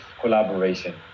collaboration